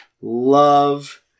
Love